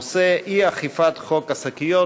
הנושא: אי-אכיפת חוק השקיות.